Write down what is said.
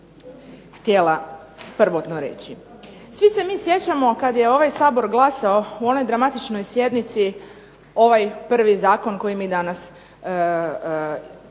Svi se mi sjećamo kad je ovaj Sabor glasao u onoj dramatičnoj sjednici ovaj prvi zakon o kojim izmjenama